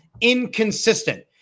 inconsistent